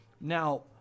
Now